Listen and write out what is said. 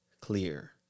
clear